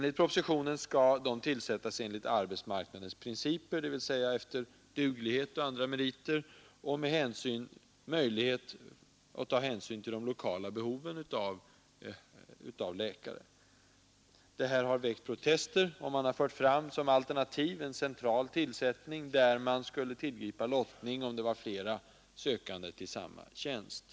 I propositionen sägs att de skall tillsättas enligt arbetsmarknadens principer, dvs. efter duglighet och andra meriter och med möjlighet att ta hänsyn till de lokala behoven av läkare. Detta uttalande har väckt motstånd, och man har fört fram som alternativ en central tillsättning, där det skulle tillgripas lottning, om det är flera sökande till samma tjänst.